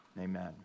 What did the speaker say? amen